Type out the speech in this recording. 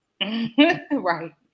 Right